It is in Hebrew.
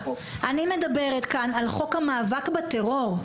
אני מדברת כאן על חוק המאבק בטרור.